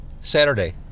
Saturday